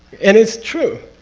and it's true.